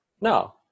No